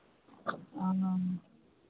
ओ